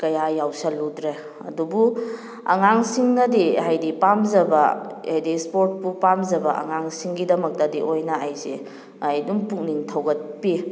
ꯀꯌꯥ ꯌꯥꯎꯁꯜꯂꯨꯗ꯭ꯔꯦ ꯑꯗꯨꯕꯨ ꯑꯉꯥꯡꯁꯤꯡꯅꯗꯤ ꯍꯥꯏꯗꯤ ꯄꯥꯝꯖꯕ ꯍꯥꯏꯗꯤ ꯏꯁꯄꯣꯔꯠꯄꯨ ꯄꯥꯝꯖꯕ ꯑꯉꯥꯡꯁꯤꯡꯒꯤꯗꯃꯛꯇꯗꯤ ꯑꯣꯏꯅ ꯑꯩꯁꯦ ꯑꯩ ꯑꯗꯨꯝ ꯄꯨꯛꯅꯤꯡ ꯊꯧꯒꯠꯄꯤ